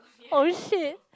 oh shit